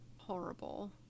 Horrible